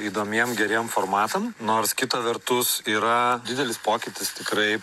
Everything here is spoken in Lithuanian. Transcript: įdomiem geriem formatam nors kita vertus yra didelis pokytis tikrai